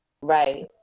Right